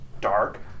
dark